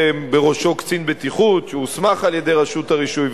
בראשו קצין בטיחות שהוסמך על-ידי רשות הרישוי,